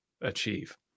achieve